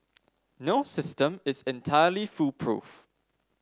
no system is entirely foolproof